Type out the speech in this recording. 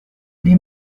les